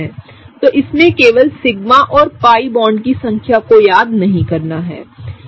तो हमें केवल सिग्मा और पाई बॉन्ड की संख्या को याद नहीं करना है